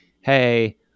Hey